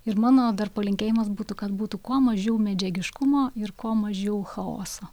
ir mano dar palinkėjimas būtų kad būtų kuo mažiau medžiagiškumo ir kuo mažiau chaoso